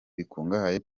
bikungahaye